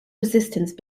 resistance